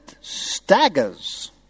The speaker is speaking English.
staggers